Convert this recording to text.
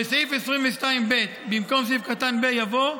"בסעיף 22ב במקום סעיף קטן (ו) יבוא"